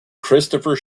christopher